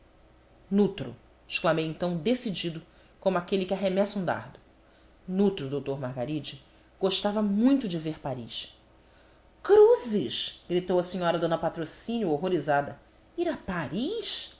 nutro exclamei então decidido como aquele que arremessa um dardo nutro doutor margaride gostava muito de ver paris cruzes gritou a senhora d patrocínio horrorizada ir a paris